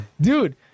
Dude